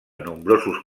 nombrosos